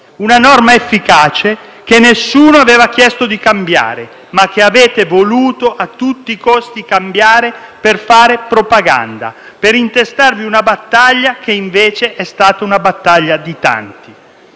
Una norma efficace che nessuno aveva chiesto di cambiare, ma che avete voluto a tutti i costi cambiare per fare propaganda, per intestarvi una battaglia che invece è stata una battaglia di tanti.